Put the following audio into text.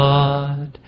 God